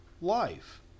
life